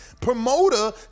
promoter